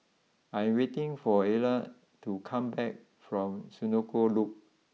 I am waiting for Erla to come back from Senoko Loop